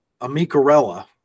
Amicarella